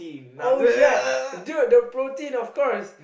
oh yes dude the protein of course